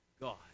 God